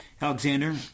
Alexander